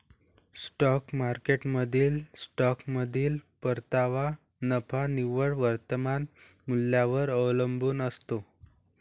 stock मार्केटमधील स्टॉकमधील परतावा नफा निव्वळ वर्तमान मूल्यावर अवलंबून असतो